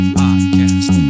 podcast